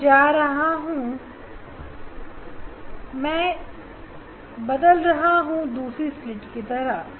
मैं जा रहा हूं मैं से बदल रहा हूं दूसरे स्लिट की तरह